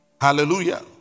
Hallelujah